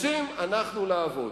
רוצים אנחנו לעבוד.